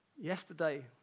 Yesterday